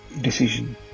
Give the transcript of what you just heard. decision